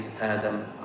Adam